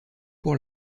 pour